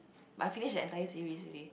I finish the entire series already